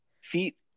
Feet